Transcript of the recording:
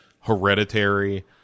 Hereditary